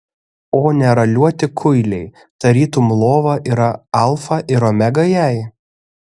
o neraliuoti kuiliai tarytum lova yra alfa ir omega jai